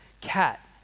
cat